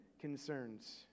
concerns